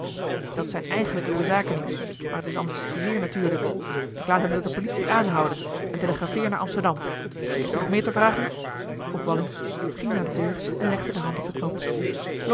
dat zijn eigenlijk uwe zaken niet maar het is anders zeer natuurlijk ik laat hem door de politie aanhouden en telegrafeer naar amsterdam heeft u nog meer te vragen vroeg walling ging naar de deur en legde de hand op den knop